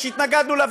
והתנגדנו לה,